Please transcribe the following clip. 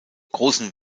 großen